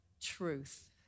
truth